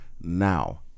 Now